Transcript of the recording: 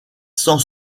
sans